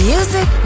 Music